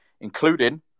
including